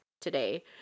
today